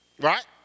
right